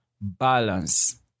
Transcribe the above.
Balance